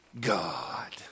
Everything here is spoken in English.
God